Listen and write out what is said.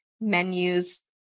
menus